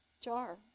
Jar